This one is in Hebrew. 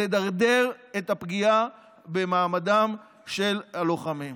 לדרדר את הפגיעה במעמדם של הלוחמים.